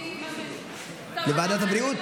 לוועדת הבריאות?